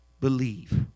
believe